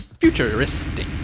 Futuristic